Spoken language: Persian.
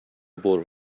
برو